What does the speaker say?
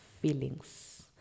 feelings